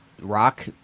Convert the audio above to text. rock